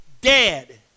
dead